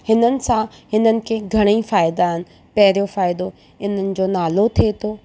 हिननि सां हिननि खे घणई फ़ाइदा आहिनि पहिरियों फ़ाइदो इन्हनि जो नाले थिए थो